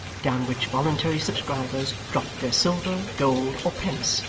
down which voluntary subscribers dropped their silver, gold, or pence,